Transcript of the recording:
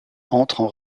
entrent